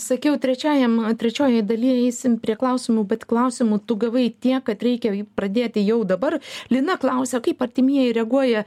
sakiau trečiajam trečiojoj daly eisim prie klausimų bet klausimų tu gavai tiek kad reikia pradėti jau dabar lina klausia kaip artimieji reaguoja